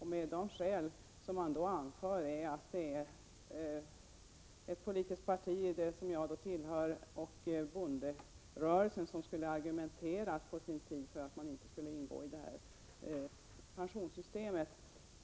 Det skäl som anförs mot vårt krav är att det parti jag tillhör och bonderörelsen på sin tid skulle ha argumenterat för att dessa män inte skulle ansluta sig till pensionssystemet.